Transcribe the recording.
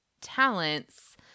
talents